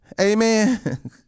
Amen